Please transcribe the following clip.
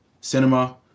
cinema